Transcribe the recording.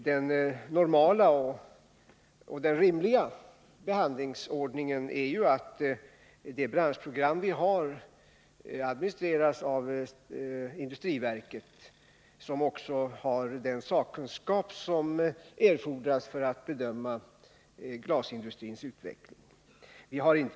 Den normala och den rimliga behandlingsordningen är att det branschprogram som vi har administreras av industriverket, som också har den sakkunskap som erfordras för att bedöma glasindustrins utveckling.